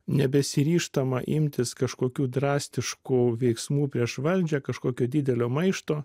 nebesiryžtama imtis kažkokių drastiškų veiksmų prieš valdžią kažkokio didelio maišto